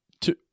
Two